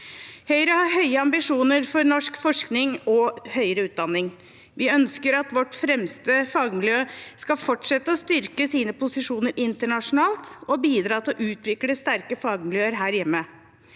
Høyre har høye ambisjoner for norsk forskning og høyere utdanning: – Vi ønsker at våre fremste fagmiljøer skal fortsette å styrke sine posisjoner internasjonalt og bidra til å utvikle sterke fagmiljøer her hjemme.